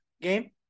game